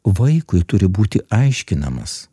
vaikui turi būti aiškinamas